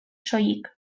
soilik